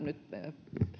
nyt